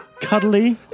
cuddly